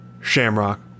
Shamrock